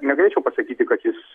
negalėčiau pasakyti kad jis